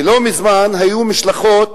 לא מזמן ביקרו משלחות